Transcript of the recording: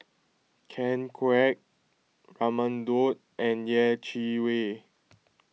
Ken Kwek Raman Daud and Yeh Chi Wei